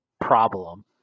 problem